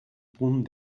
punt